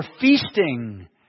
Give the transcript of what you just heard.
feasting